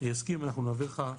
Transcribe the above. יסכים אנחנו נעביר לך,